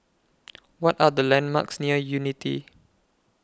What Are The landmarks near Unity